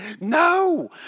No